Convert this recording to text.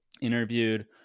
interviewed